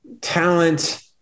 talent